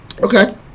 Okay